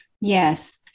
Yes